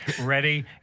Ready